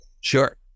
sure